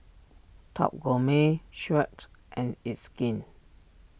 Top Gourmet Schick and It's Skin